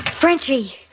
Frenchie